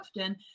often